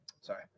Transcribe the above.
sorry